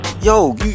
yo